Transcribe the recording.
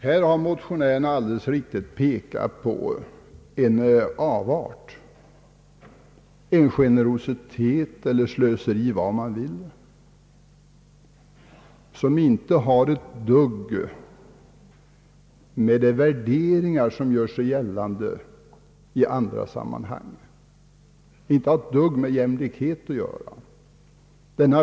Här har motionärerna alldeles riktigt pekat på en avart — generositet eller slöseri, vad man vill — som inte har ett dugg att göra med de värderingar i fråga om jämlikhet som gör sig gällande i andra sammanhang.